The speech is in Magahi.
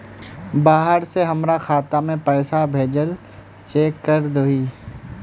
बाहर से हमरा खाता में पैसा भेजलके चेक कर दहु?